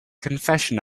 confession